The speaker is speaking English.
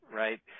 right